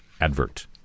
advert